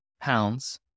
pounds